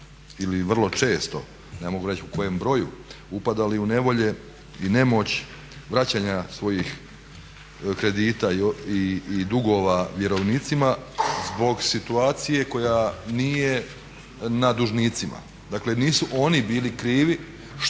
ili vrlo često, ne mogu reći u kojem broju upadali u nevolje i nemoć vraćanja svojih kredita i dugova vjerovnicima zbog situacije koja nije na dužnicima. Dakle, nisu oni bili krivi što